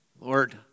Lord